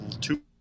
two